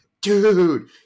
dude